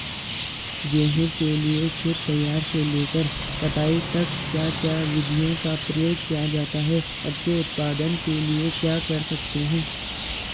गेहूँ के लिए खेत तैयार से लेकर कटाई तक क्या क्या विधियों का प्रयोग किया जाता है अच्छे उत्पादन के लिए क्या कर सकते हैं?